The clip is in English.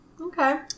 Okay